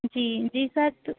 जी जी सर तो